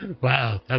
Wow